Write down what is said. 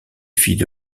filles